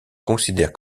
considère